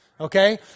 Okay